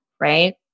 Right